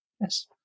yes